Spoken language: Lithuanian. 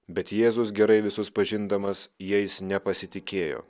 bet jėzus gerai visus pažindamas jais nepasitikėjo